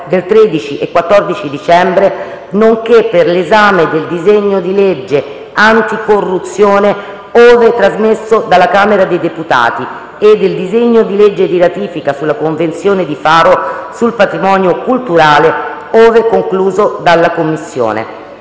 del 13 e 14 dicembre, nonché per l’esame del disegno di legge anticorruzione - ove trasmesso dalla Camera dei deputati - e del disegno di legge di ratifica sulla Convenzione di Faro sul patrimonio culturale, ove concluso dalla Commissione.